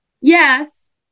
Yes